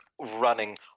running